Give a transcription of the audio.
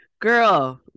girl